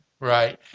Right